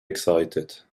excited